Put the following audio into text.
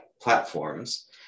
platforms